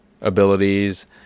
abilities